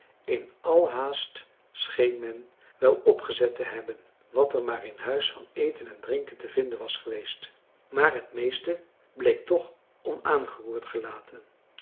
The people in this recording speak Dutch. in alle haast scheen men wel opgezet te hebben wat er maar in huis van eten en drinken te vinden was geweest maar het meeste bleek toch onaangeroerd gelaten